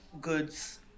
goods